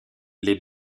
les